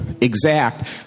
exact